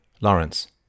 Lawrence